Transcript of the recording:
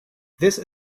this